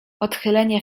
odchylenie